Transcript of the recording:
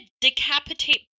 decapitate